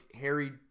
Harry